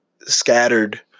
scattered